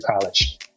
college